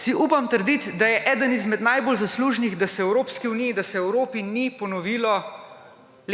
si upam trditi, da je eden izmed najbolj zaslužnih, da se v Evropski uniji, da se v Evropi ni ponovilo